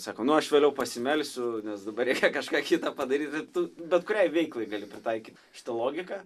sako nu aš vėliau pasimelsiu nes dabar reikia kažką kitą padaryt bet tu bet kuriai veiklai gali pritaikyt šitą logiką